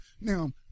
Now